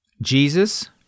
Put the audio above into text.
Jesus